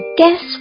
guess